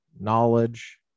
knowledge